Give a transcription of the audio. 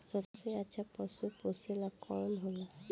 सबसे अच्छा पशु पोसेला कौन होला?